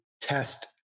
test